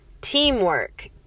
teamwork